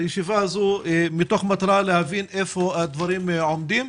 הישיבה הזו היא מתוך מטרה להבין איפה הדברים עומדים.